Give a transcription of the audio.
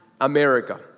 America